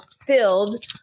filled